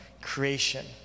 creation